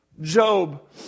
Job